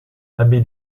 abbé